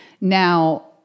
Now